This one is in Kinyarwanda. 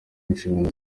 inshingano